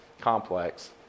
complex